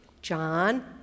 John